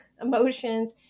emotions